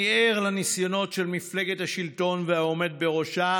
אני ער לניסיונות של מפלגת השלטון והעומד בראשה